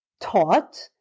taught